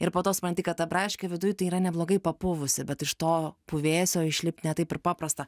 ir po to supranti kad ta braškė viduj tai yra neblogai papuvusi bet iš to puvėsio išlipt ne taip ir paprasta